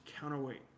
Counterweight